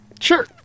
Sure